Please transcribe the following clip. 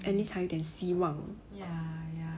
at least 还有点希望